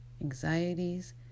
anxieties